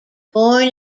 born